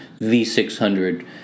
v600